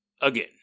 again